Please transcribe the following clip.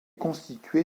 constitué